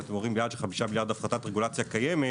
כשאתם אומרים יעד של חמישה מיליארד להפחתת רגולציה קיימת,